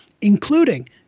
including